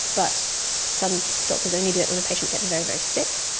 but some doctors only do it when a patient gets very, very sick.